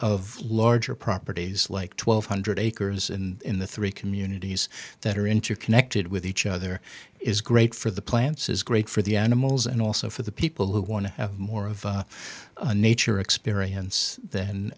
of larger properties like one thousand two hundred acres and in the three communities that are interconnected with each other is great for the plants is great for the animals and also for the people who want to have more of a nature experience than